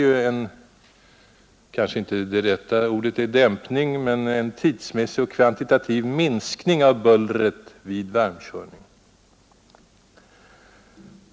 Det rätta ordet kanske inte är ”dämpning”, av bullret men tillvägagångssättet innebär ju en tidsmässig och kvantitativ minskning av bullret vid varmkörning.